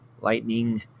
lightning